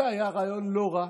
זה היה רעיון לא רע,